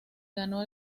ganó